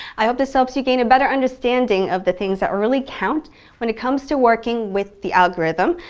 i hope this helps you gain a better understanding of the things that really count when it comes to working with the algorithm,